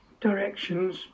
directions